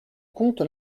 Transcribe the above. compte